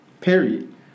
Period